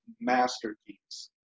masterpiece